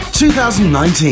2019